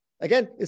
Again